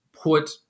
put